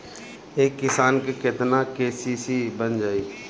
एक किसान के केतना के.सी.सी बन जाइ?